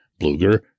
Bluger